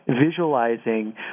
visualizing